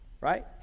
right